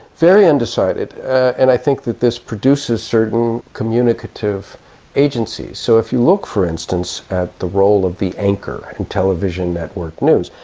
very undecided, and i think that this produces certain communicative agencies. so if you look, for instance, at the role of the anchor in and television network news,